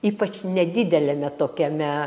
ypač nedideliame tokiame